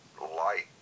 light